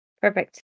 perfect